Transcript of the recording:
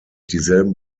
dieselben